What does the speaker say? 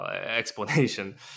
explanation